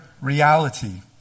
reality